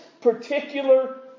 particular